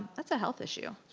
that's a health issue.